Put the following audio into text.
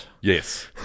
Yes